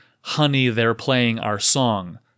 honey-they're-playing-our-song